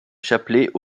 chapelet